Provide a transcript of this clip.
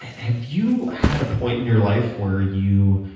have you had a point in your life where you